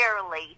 rarely